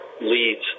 leads